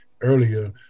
earlier